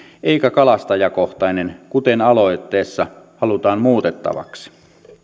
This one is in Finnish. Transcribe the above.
eikä kalastajakohtainen kuten aloitteessa halutaan muutettavaksi